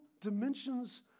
dimensions